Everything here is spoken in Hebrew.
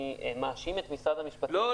מאשים את משרד המשפטים במשהו --- לא,